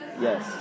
Yes